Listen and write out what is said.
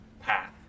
path